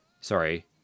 sorry